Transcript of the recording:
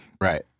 right